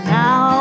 now